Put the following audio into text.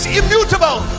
immutable